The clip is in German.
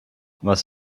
was